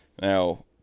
Now